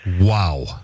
Wow